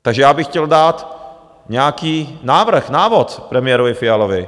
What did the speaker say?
Takže já bych chtěl dát nějaký návrh, návod premiérovi Fialovi.